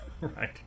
Right